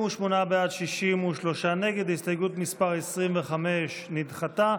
ההסתייגות מס' 25 נדחתה.